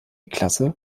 klasse